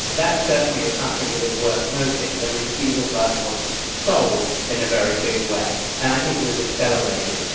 that certainly is something that is worth noting. i mean the diesel bus was sold in a very big way, and i think it was accelerated.